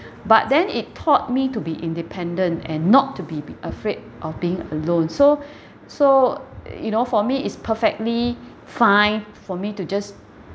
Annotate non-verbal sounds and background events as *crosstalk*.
*breath* but then it taught me to be independent and not to be be afraid of being alone so *breath* so you know for me it's perfectly *breath* fine for me to just